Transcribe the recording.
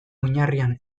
oinarrian